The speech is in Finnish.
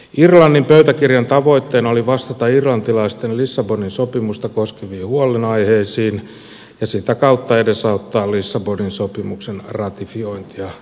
irlannin pöytäkirjan tavoitteena oli vastata irlantilaisten lissabonin sopimusta koskeviin huolenaiheisiin ja sitä kautta edesauttaa lissabonin sopimuksen ratifiointia irlannissa